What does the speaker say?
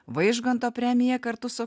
vaižganto premija kartu su